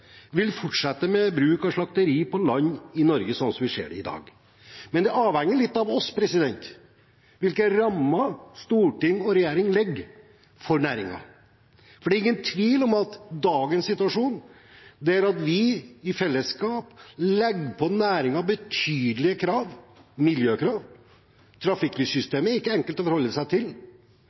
vil fortsette med bruk og slakteri på land i Norge, slik vi ser det i dag. Men det avhenger litt av oss – hvilke rammer storting og regjering legger for næringen. Det er ingen tvil om at i dagens situasjon, der vi i fellesskap legger betydelige miljøkrav på næringen – trafikklyssystemet er ikke enkelt å forholde seg til